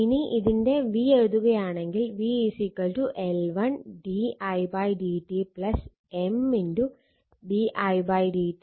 ഇനി ഇതിന്റെ v എഴുതുകയാണെങ്കിൽ v L1 di dt M